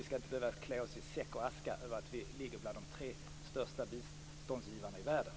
Vi skall inte behöva klä oss i säck och aska över att vi är en av de tre största biståndsgivarna i världen.